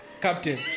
Captain